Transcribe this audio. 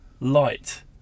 light